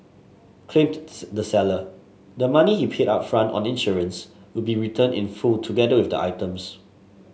claimed the seller the money he paid upfront on insurance will be returned in full together with the items